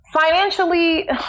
financially